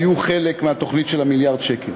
היו חלק מהתוכנית של מיליארד השקל.